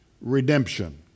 redemption